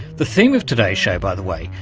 the theme of today's show, by the way,